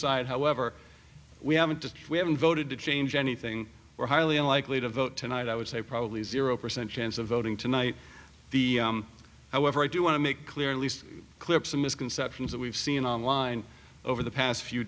side however we haven't we haven't voted to change anything we're highly unlikely to vote tonight i would say probably zero percent chance of voting tonight the however i do want to make clear at least clips of misconceptions that we've seen online over the past few